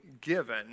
given